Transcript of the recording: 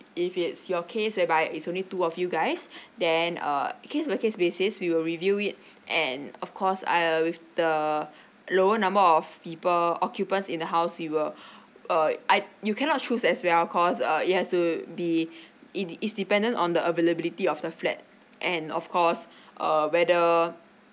if it's your case whereby it's only two of you guys then uh case by case basis we will review it and of course uh with the lower number of people occupants in the house you were uh I'd you cannot choose as well cause uh it has to be in is dependent on the availability of the flat and of course err whether